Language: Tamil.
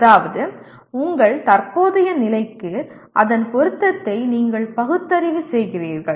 அதாவது உங்கள் தற்போதைய நிலைக்கு அதன் பொருத்தத்தை நீங்கள் பகுத்தறிவு செய்கிறீர்கள்